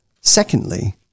secondly